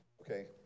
Okay